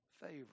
favor